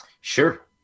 Sure